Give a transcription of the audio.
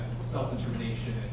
self-determination